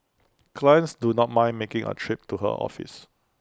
clients do not mind making A trip to her office